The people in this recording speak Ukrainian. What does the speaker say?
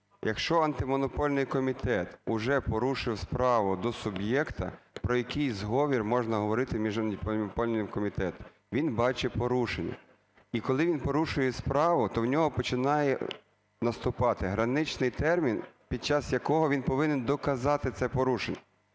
Якщо Антимонопольний комітет вже порушив справу до суб'єкта, про якій зговір можна говорити між Антимонопольним комітетом? Він бачить порушення. І коли він порушує справу, то в нього починає наступати граничний термін, під час якого він повинен доказати це порушення.